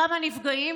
כמה נפגעים,